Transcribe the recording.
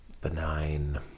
benign